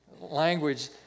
language